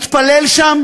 התפלל שם